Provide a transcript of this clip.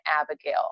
Abigail